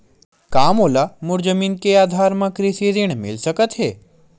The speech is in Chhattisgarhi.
का मोला मोर जमीन के आधार म कृषि ऋण मिल सकत हे?